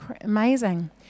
amazing